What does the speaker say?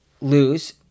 lose